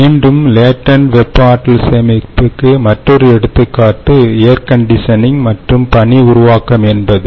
மீண்டும் லேடண்ட் வெப்ப ஆற்றல் சேமிப்புக்கு மற்றொரு எடுத்துக்காட்டு ஏர் கண்டிஷனிங் மற்றும் பனி உருவாக்கம் என்பது